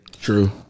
True